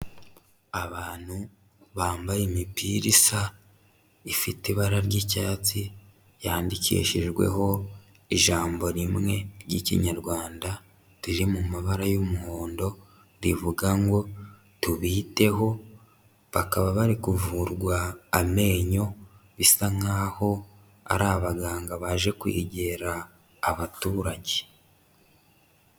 Abantu bambaye imipira isa, ifite ibara ry'icyatsi, yandikishijweho ijambo rimwe ry'ikinyarwanda, riri mu mabara y'umuhondo rivuga ngo tubiteho, bakaba bari kuvurwa amenyo, bisa nkaho ari abaganga baje kwegera abaturage.